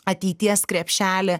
ateities krepšelį